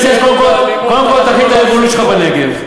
אני מציע שקודם כול תחיל את הריבונות שלך בנגב,